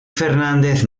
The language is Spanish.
fernández